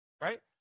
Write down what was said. right